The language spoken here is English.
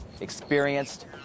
experienced